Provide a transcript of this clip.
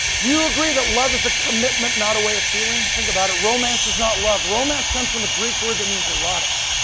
do you agree that love is a commitment, not a way of feeling? think about it. romance is not love. romance comes from a greek word that means erotic.